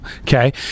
Okay